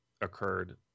occurred